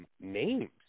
names